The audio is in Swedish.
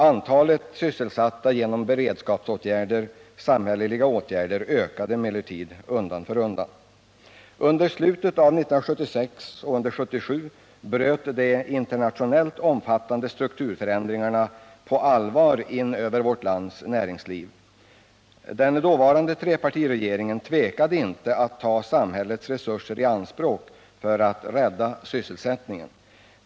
Antalet sysselsatta genom beredskapsåtgärder, samhälleliga åtgärder, ökade emellertid undan för undan. Under slutet av 1976 och under 1977 kom de internationellt omfattande strukturförändringarna på allvar in i vårt näringsliv. Den dåvarande trepartiregeringen tvekade inte att ta samhällets resurser i anspråk för att rädda sysselsättningen.